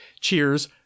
Cheers